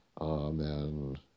Amen